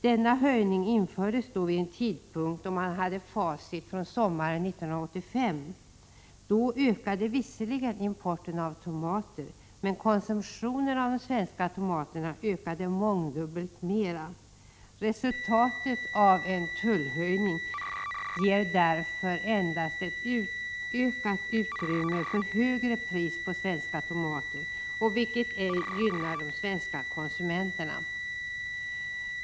Denna höjning infördes vid en tidpunkt då man hade facit från sommaren 1985. Då ökade visserligen importen av tomater, men konsumtionen av de svenska tomaterna ökade mångdubbelt mer. Resultatet av en tullhöjning ger därför endast ett ökat utrymme för högre pris på svenska tomater, vilket ej gynnar de svenska konsumenterna.